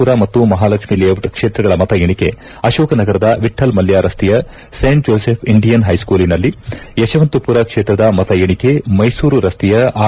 ಪುರ ಮತ್ತು ಮಹಾಲಕ್ಷ್ಮೀ ಲೇಔಟ್ ಕ್ಷೇತ್ರಗಳ ಮತ ಎಣಿಕೆ ಅಶೋಕನಗರದ ವಿಠಲ್ ಮಲ್ನ ರಸ್ತೆಯ ಸೇಂಟ್ ಜೋಸೆಫ್ ಇಂಡಿಯನ್ ಹೈಸೂಲ್ನಲ್ಲಿ ಯಶವಂತಪುರ ಕ್ಷೇತ್ರದ ಮತ ಎಣಿಕೆ ಮೈಸೂರು ರಸ್ತೆಯ ಆರ್